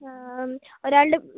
ഒരാളുടെ